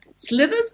Slithers